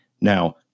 now